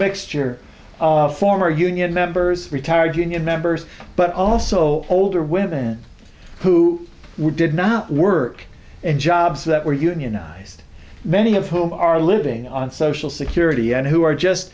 mixture of former union members retired union members but also older women who did not work in jobs that were unionized many of whom are living on social security and who are just